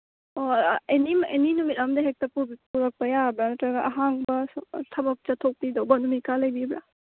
ꯑꯣ ꯑꯦꯅꯤ ꯑꯦꯅꯤ ꯅꯨꯃꯤꯠ ꯑꯝꯗ ꯍꯦꯛꯇ ꯄꯨꯔꯛꯄ ꯌꯥꯕ꯭ꯔ ꯅꯠꯇ꯭ꯔꯒ ꯑꯍꯥꯡꯕ ꯁꯨꯝ ꯊꯕꯛ ꯆꯠꯊꯣꯛꯞꯤꯗꯧꯕ ꯅꯨꯃꯤꯠꯀ ꯂꯩꯕꯤꯕ꯭ꯔ